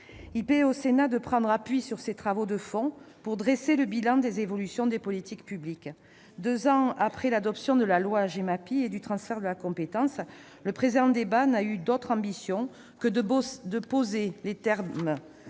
Il plaît au Sénat de prendre appui sur ces travaux de fond pour dresser le bilan des évolutions des politiques publiques. Deux ans après l'adoption de la loi Gemapi et du transfert de la compétence, le présent débat n'a eu d'autre ambition que de poser les termes